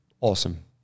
awesome